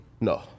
No